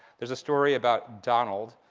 there's a story about donald.